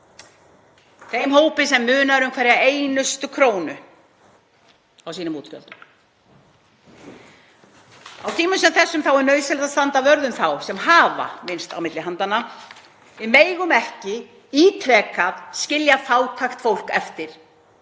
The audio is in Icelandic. þeim hópi sem munar um hverja einustu krónu í sínum útgjöldum. Á tímum sem þessum er nauðsynlegt að standa vörð um þá sem hafa minnst á milli handanna. Við megum ekki ítrekað skilja fátækt fólk eftir